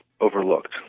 overlooked